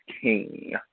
King